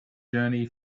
journey